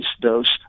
dose